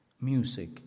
music